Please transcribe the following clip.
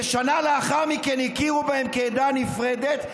ושנה לאחר מכן הכירו בהם כעדה נפרדת,